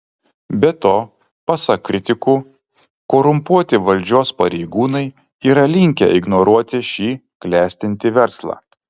be to pasak kritikų korumpuoti valdžios pareigūnai yra linkę ignoruoti šį klestintį verslą